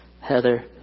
Heather